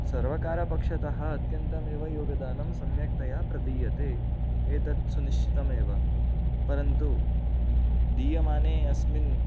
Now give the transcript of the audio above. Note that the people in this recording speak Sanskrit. सर्वकारपक्षतः अत्यन्तमेव योगदानं सम्यक्तया प्रदीयते एतत् सुनिश्चितम् एव परन्तु दीयमाने अस्मिन्